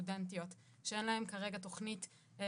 וסטודנטיות שאין להם כרגע תוכנית אחידה,